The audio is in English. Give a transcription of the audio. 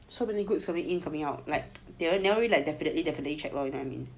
so many goods coming in in coming out they never really definitely definitely you know what I mean